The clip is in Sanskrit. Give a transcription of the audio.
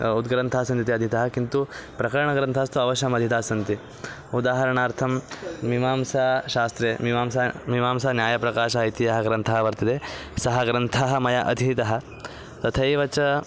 उद्ग्रन्थाः सन्ति ते अधीतः किन्तु प्रकरणग्रन्थास्तु अवश्यम् अधीताः सन्ति उदाहरणार्थं मीमांसाशास्त्रे मिमांसा मिमांसान्यायप्रकाशः इति यः ग्रन्थः वर्तते सः ग्रन्थः मया अधीतः तथैव च